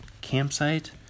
Campsite